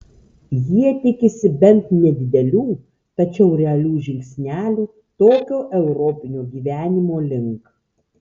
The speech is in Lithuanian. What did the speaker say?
jie tikisi bent nedidelių tačiau realių žingsnelių tokio europinio gyvenimo link